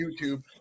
YouTube